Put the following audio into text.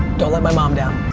don't let my mom down.